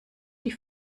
die